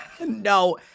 No